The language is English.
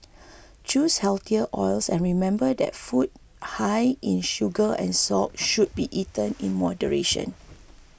choose healthier oils and remember that food high in sugar and salt should be eaten in moderation